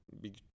big